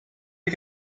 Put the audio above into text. you